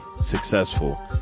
successful